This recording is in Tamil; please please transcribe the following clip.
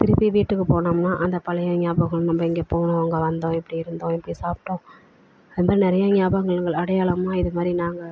திருப்பி வீட்டுக்கு போனோம்னா அந்த பழைய ஞாபகம் நம்ம இங்கே போனோம் அங்கே வந்தோம் இப்படி இருந்தோம் இப்படி சாப்பிட்டோம் ரொம்ப நிறைய ஞாபகங்கள் அடையாளமாக இது மாதிரி நாங்கள்